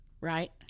right